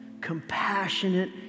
compassionate